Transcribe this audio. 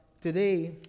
today